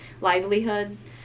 livelihoods